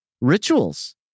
rituals